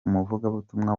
umuvugabutumwa